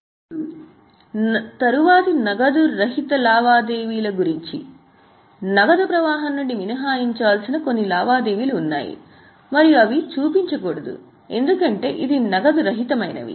ఇప్పుడు తరువాతి నగదు రహిత లావాదేవీల గురించి నగదు ప్రవాహం నుండి మినహాయించాల్సిన కొన్ని లావాదేవీలు ఉన్నాయి మరియు అవి చూపించకూడదు ఎందుకంటే ఇది నగదు రహితమైనది